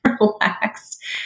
relaxed